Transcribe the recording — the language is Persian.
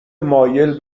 مایل